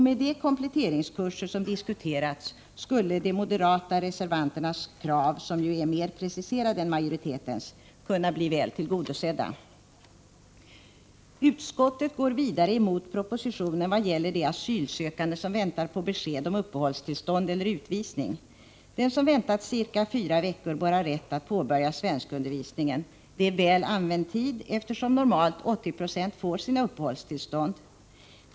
Med de kompletteringskurser som diskuterats skulle de moderata reservanternas krav, vilka är mer preciserade än majoritetens, kunna bli väl tillgodosedda. Vidare går utskottet emot propositionen vad gäller de asylsökande som väntar på besked om uppehållstillstånd eller utvisning. Den som väntat ca fyra veckor bör ha rätt att börja delta i svenskundervisning. Det är väl använd tid, eftersom 80970 av de asylsökande normalt får uppehållstillstånd.